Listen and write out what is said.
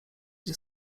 nie